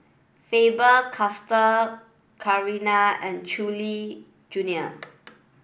Faber Castell Chanira and Chewy Junior